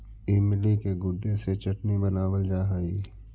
इमली के गुदे से चटनी बनावाल जा हई